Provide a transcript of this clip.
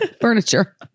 Furniture